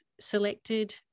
selected